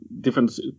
different